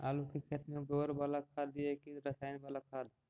आलू के खेत में गोबर बाला खाद दियै की रसायन बाला खाद?